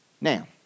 now